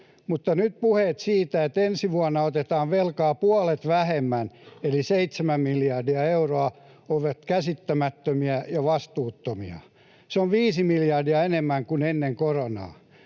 mutta nyt puheet siitä, että ensi vuonna otetaan velkaa puolet vähemmän, eli 7 miljardia euroa, ovat käsittämättömiä ja vastuuttomia. Se on 5 miljardia enemmän kuin ennen koronaa.